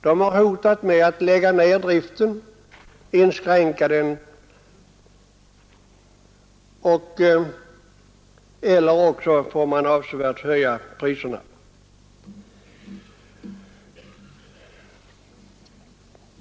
De har hotat med att inskränka eller lägga ner driften eller att avsevärt höja priserna.